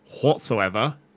whatsoever